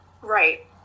Right